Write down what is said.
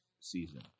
season